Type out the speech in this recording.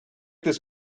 this